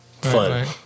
fun